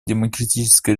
демократическая